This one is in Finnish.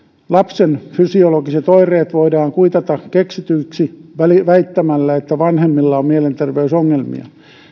lapsen fysiologiset oireet voidaan kuitata keksityiksi väittämällä että vanhemmilla on mielenterveysongelmia